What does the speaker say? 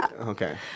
Okay